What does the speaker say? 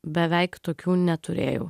beveik tokių neturėjau